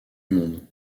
monde